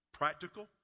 Practical